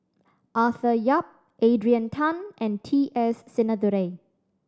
Arthur Yap Adrian Tan and T S Sinnathuray